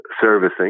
servicing